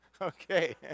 okay